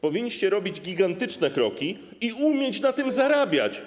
Powinniście robić gigantyczne kroki i nauczyć się na tym zarabiać.